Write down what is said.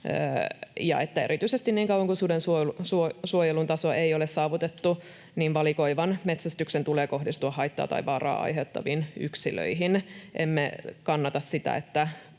erityisesti niin kauan kun suden suojelun tasoa ei ole saavutettu, valikoivan metsästyksen tulee kohdistua haittaa tai vaaraa aiheuttaviin yksilöihin. Emme kannata sitä,